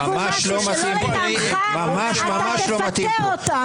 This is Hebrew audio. העיקר שזה ישרת אותך.